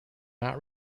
not